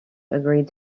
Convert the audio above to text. agreed